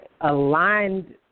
aligned